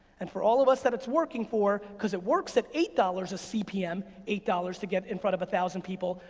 and for all of us that it's working for, cause it works at eight dollars a cpm, eight dollars to get in front of a thousand people,